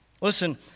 Listen